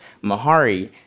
Mahari